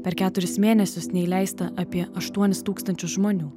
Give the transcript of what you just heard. per keturis mėnesius neįleista apie aštuonis tūkstančius žmonių